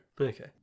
Okay